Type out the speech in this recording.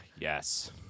yes